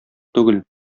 түгел